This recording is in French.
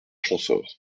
champsaur